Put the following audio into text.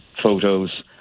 photos